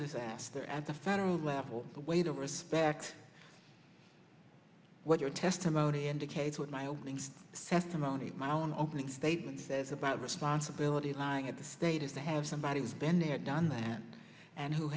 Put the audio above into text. disaster at the federal level the way to respect what your testimony indicates what my opening says to monique my opening statement says about responsibility lying at the state is to have somebody who's been there done that and who